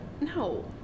no